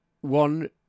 One